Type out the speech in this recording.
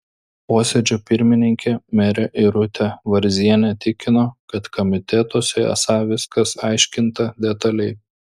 posėdžio pirmininkė merė irutė varzienė tikino kad komitetuose esą viskas aiškinta detaliai